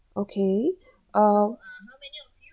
okay uh